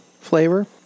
flavor